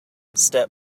step